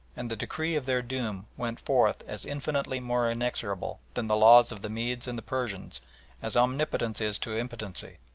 and the decree of their doom went forth as infinitely more inexorable than the laws of the medes and the persians as omnipotence is to impotency.